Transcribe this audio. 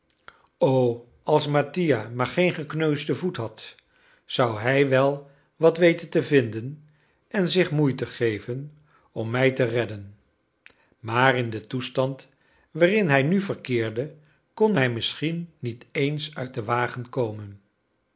o als mattia maar geen gekneusden voet had zou hij wel wat weten te vinden en zich moeite geven om mij te redden maar in den toestand waarin hij nu verkeerde kon hij misschien niet eens uit den wagen komen